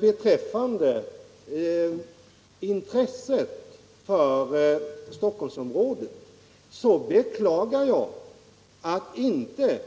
Beträffande intresset för Stockholmsområdet beklagar jag att vi inte